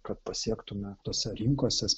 kad pasiektume tose rinkose